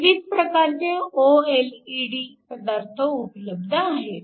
विविध प्रकारचे ओएलईडी पदार्थ उपलब्ध आहेत